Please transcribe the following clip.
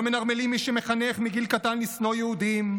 לא מנרמלים את מי שמחנך מגיל קטן לשנוא יהודים,